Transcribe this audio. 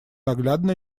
наглядно